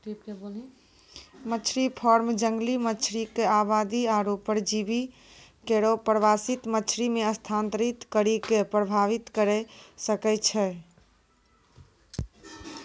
मछरी फार्म जंगली मछरी क आबादी आरु परजीवी केरो प्रवासित मछरी म स्थानांतरित करि कॅ प्रभावित करे सकै छै